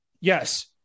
Yes